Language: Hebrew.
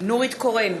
נורית קורן,